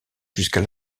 jusqu’à